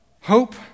hope